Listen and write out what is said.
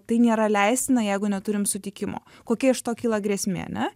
tai nėra leistina jeigu neturim sutikimo kokia iš to kyla grėsmė ane